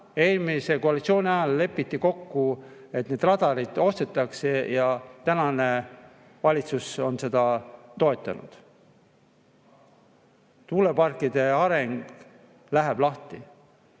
eelmise koalitsiooni ajal lepiti kokku, et need radarid ostetakse, ja tänane valitsus on seda toetanud. Tuuleparkide arendamine läheb lahti. Aga